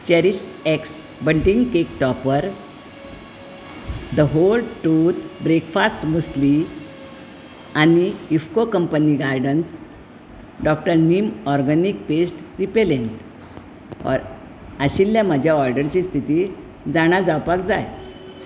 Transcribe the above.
CherishX bunting cake topper the whole truth breakfast muesli आनी IFFCO urban gardens Dr neem organic pest repellent आशिल्ल्या म्हज्या ऑर्डरीची स्थिती जाणा जावपाक जाय